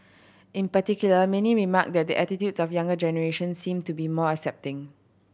in particular many remarked that attitudes of younger generation seem to be more accepting